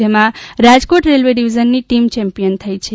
જેમાં Rajkot railway division ની team champion થઈ છે